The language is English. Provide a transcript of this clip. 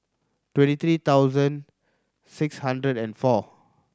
twenty three thousand six hundred and four